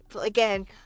again